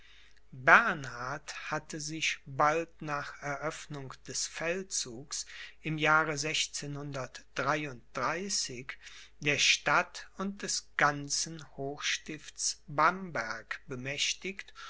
bernhard hatte sich bald nach eröffnung des feldzugs im jahre der stadt und des ganzen hochstifts bamberg bemächtigt